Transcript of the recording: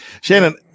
Shannon